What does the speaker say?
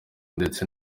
ndetse